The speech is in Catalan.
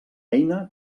eina